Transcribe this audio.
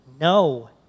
No